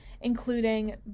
including